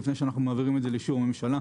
לפני שאנחנו מעבירים את זה לאישור ממשלה.